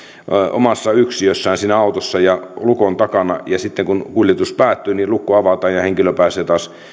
omassa yksiössään siinä autossa ja lukon takana ja sitten kun kuljetus päättyy niin lukko avataan ja henkilö pääsee taas